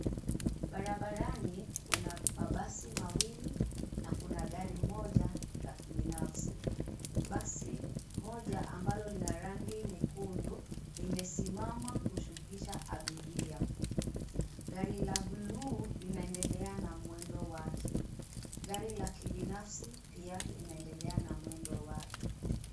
Barabarani, kuna mabasi mawili, na kuna gari moja la kibinafsi. Basi moja ambalo lina rangi nyekundu, limesimama kushukisha abiria. Gari la bluu, linaendelea na mwendo wake. Gari la kibinafsi, pia linaendelea na mwendo wake.